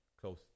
close